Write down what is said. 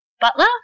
Butler